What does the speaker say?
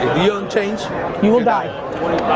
you don't change you will die.